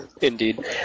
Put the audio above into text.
Indeed